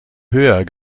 höher